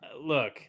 Look